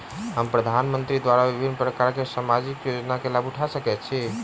हम प्रधानमंत्री द्वारा विभिन्न प्रकारक सामाजिक योजनाक लाभ उठा सकै छी?